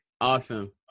awesome